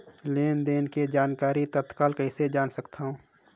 लेन देन के जानकारी तत्काल कइसे जान सकथव?